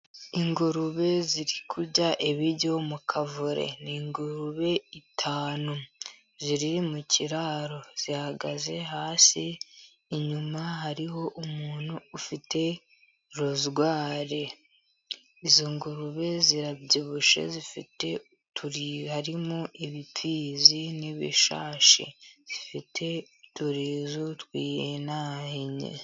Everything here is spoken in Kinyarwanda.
Ingurube ziri kurya ibiryo mu kavure, ni ingurube eshanu, ziri mu kiraro zihagaze hasi. Inyuma hariho umuntu ufite rozwari. Izo ngurube zirabyibushye zifite uturi, harimo ibipfizi n'ibishashi ,zifite uturizo twihinahinnye.